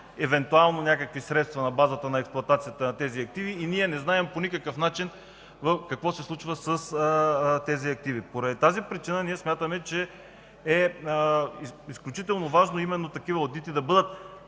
евентуално някакви средства на базата на експлоатацията на тези активи и ние по никакъв начин не знаем какво се случва с тези активи. Поради тази причина ние смятаме, че е изключително важно именно такива одити да бъдат